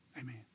Amen